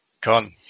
Con